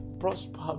Prosper